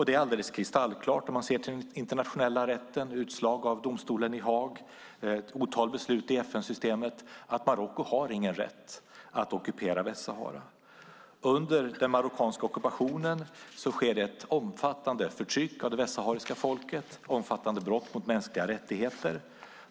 Det är alldeles kristallklart om man ser till den internationella rätten, utslag av domstolen i Haag och ett otal beslut i FN-systemet att Marocko inte har någon rätt att ockupera Västsahara. Under den marockanska ockupationen sker det ett omfattande förtryck av det västsahariska folket och omfattande brott mot mänskliga rättigheter.